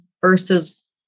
versus